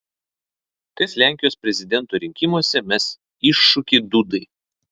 kas lenkijos prezidento rinkimuose mes iššūkį dudai